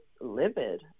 livid